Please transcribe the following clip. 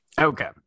okay